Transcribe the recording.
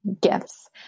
gifts